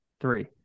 three